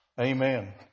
amen